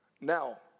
Now